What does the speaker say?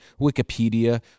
Wikipedia